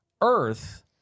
Earth